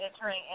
entering